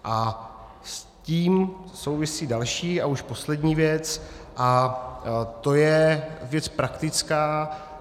A s tím souvisí další a už poslední věc a to je věc praktická.